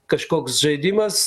kažkoks žaidimas